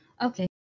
Okay